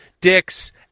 dicks